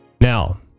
now